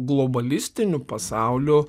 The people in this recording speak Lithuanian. globalistiniu pasauliu